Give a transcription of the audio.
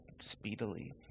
speedily